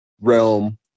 realm